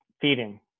feeding